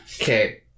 Okay